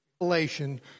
Revelation